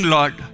Lord